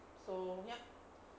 so yup